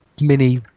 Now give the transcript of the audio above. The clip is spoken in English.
mini